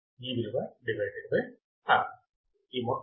ఈ మొత్తం విలువ డివైడెడ్ బై R2 కి సమానం